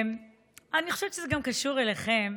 אני חושבת שזה גם קשור אליכם.